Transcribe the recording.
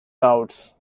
doubts